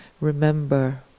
remember